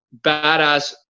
badass